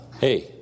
hey